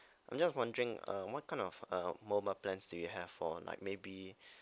I'm just wondering uh what kind of uh mobile plan do you have for like maybe